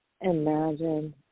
Imagine